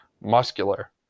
muscular